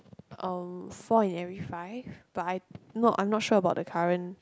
um four in every five but I no I'm not sure about the current